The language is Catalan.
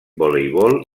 voleibol